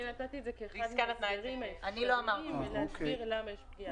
אני נתתי את זה כאחד ההסברים כדי להסביר למה יש פגיעה.